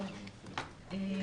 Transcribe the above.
בבקשה.